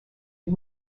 and